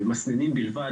במסננים בלבד,